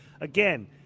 again